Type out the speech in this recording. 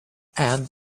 and